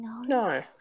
No